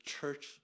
church